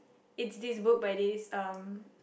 it's this book by this um